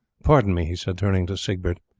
pardon me, he said, turning to siegbert,